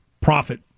profit